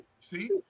See